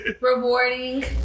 Rewarding